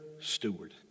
steward